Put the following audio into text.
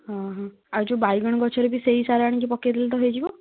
ହଁ ହଁ ଆଉ ଯେଉଁ ବାଇଗଣ ଗଛରେ ବି ସେଇ ସାର ଆଣିକି ପକାଇଦେଲେ ତ ହେଇଯିବ